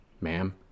Ma'am